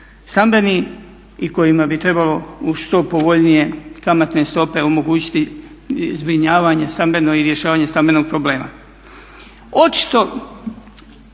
stambeni i kojima bi trebalo uz što povoljnije kamatne stope omogućiti zbrinjavanje stambeno i rješavanje stambenog problema.